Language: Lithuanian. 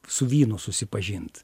su vynu susipažint